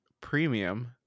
premium